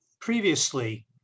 previously